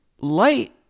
light